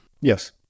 Yes